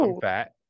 fat